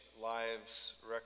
lives